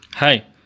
Hi